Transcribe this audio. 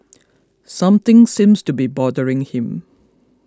something seems to be bothering him